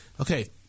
okay